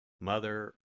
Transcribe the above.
Mother